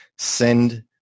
send